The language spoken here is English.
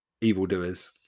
evildoers